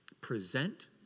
present